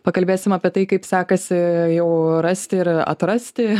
pakalbėsim apie tai kaip sekasi jau rasti ir atrasti